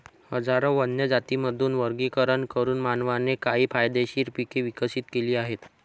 हजारो वन्य जातींमधून वर्गीकरण करून मानवाने काही फायदेशीर पिके विकसित केली आहेत